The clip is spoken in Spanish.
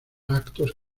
actos